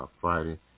Friday